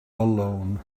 alone